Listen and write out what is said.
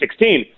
2016